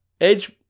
Edge